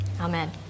Amen